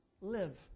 live